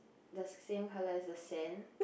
the same colour as the sand